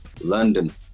London